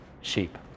sheep